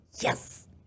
yes